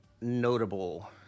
notable